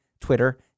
Twitter